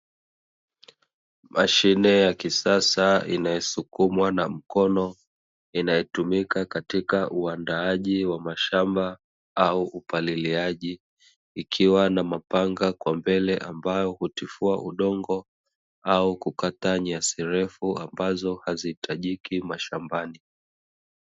Mashine ya kisasa inayosukumwa na mkono, inayotumika katika uandaaji wa mashamba au upaliliaji, ikiwa na mapanga kwa mbele ambayo hutifuwa udongo au kukata nyasi refu ambazo haziitajiki mashambani.